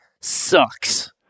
sucks